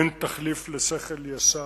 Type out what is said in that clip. אין תחליף לשכל ישר.